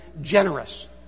generous